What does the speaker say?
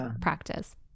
practice